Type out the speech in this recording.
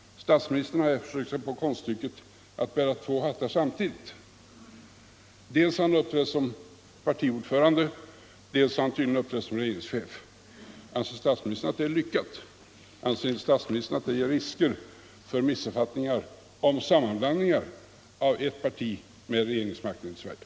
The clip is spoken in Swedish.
Statsministern har här försökt sig på konststycket att bära två hattar samtidigt. Dels har han uppträtt som partiordförande, dels har han tydligen uppträtt som regeringschef. Anser statsministern att det är lyckat? Anser inte statsministern att det medför risker för missuppfattningar och för sammanblandning av eft parti med regeringsmakten i Sverige?